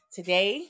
Today